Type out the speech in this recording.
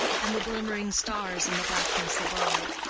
and the glimmering stars in the blackness above.